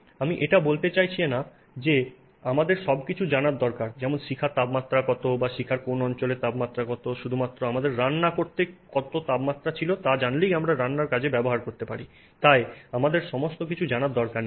আমি এটা বলতে চাই না যে আমাদের সবকিছু জানার দরকার যেমন শিখার তাপমাত্রা কত বা শিখার কোন অঞ্চলের তাপমাত্রা কত শুধুমাত্র আমাদের রান্না করতে কোন তাপমাত্রা ছিল তা জানলেই আমরা রান্নার জন্য ব্যবহার করতে পারি তাই আমাদের সমস্ত কিছু জানা দরকার নেই